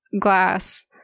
glass